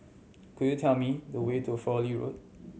could you tell me the way to Fowlie Road